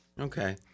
Okay